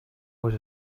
was